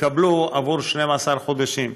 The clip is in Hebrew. יקבלו עבור 12 חודשים.